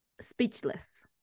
speechless